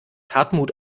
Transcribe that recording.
hartmut